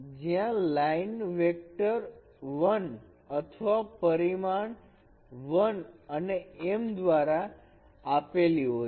જ્યા line vector 1 અથવા પરિમાણ 1 અને m દ્વારા આપેલી હોય છે